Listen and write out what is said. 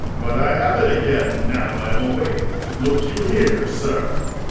but i have it again, now i am awake look you here, sir.